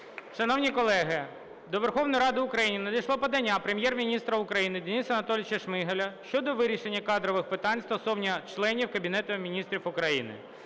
Шановні колеги, до Верховної Ради України надійшло подання Прем'єр-міністра України Дениса Анатолійовича Шмигаля щодо вирішення кадрових питань стосовно членів Кабінету Міністрів України.